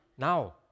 now